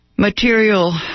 material